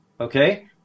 okay